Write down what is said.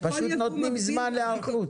כל ייבוא מקביל --- פשוט נותנים זמן להיערכות.